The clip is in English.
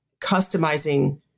customizing